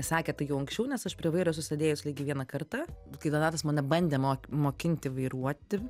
sakė tai jau anksčiau nes aš prie vairo esu sėdėjus lygiai vieną kartą kai donatas mane bandė mo mokinti vairuoti